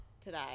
today